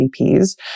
VPs